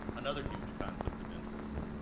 another huge conflict of interest.